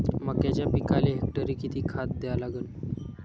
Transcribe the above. मक्याच्या पिकाले हेक्टरी किती खात द्या लागन?